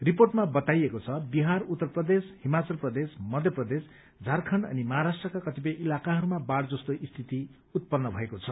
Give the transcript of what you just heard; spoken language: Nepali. रिपोर्टमा बताइएको छ बिहार उत्तर प्रदेश हिमाचल प्रदेश मध्य प्रदेश झारखण्ड अनि महाराष्का कतिपय इलाकाहरूमा बाढ़ जस्तो स्थिति उत्पन्न भएको छ